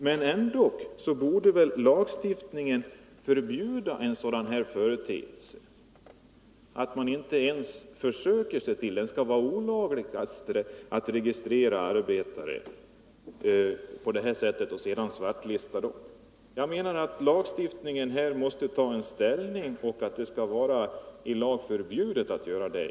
Men registrering av strejkande arbetare borde ändå vara förbjuden i lag. Det skall vara olagligt att registrera arbetare på det här sättet och sedan svartlista dem. Lagstiftarna måste ta ställning och i lag förbjuda registrering och svartlistning.